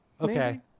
Okay